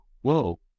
whoa